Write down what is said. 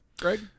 greg